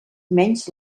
menys